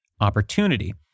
opportunity